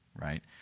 right